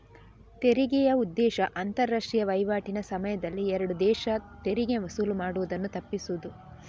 ತೆರಿಗೆಯ ಉದ್ದೇಶ ಅಂತಾರಾಷ್ಟ್ರೀಯ ವೈವಾಟಿನ ಸಮಯದಲ್ಲಿ ಎರಡು ದೇಶ ತೆರಿಗೆ ವಸೂಲು ಮಾಡುದನ್ನ ತಪ್ಪಿಸುದು